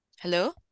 Hello